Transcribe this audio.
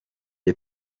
est